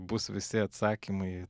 bus visi atsakymai